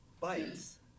bites